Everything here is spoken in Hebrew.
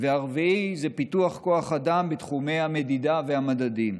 הרביעי, פיתוח כוח אדם בתחומי המדידה והמדדים.